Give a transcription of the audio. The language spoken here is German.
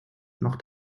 noch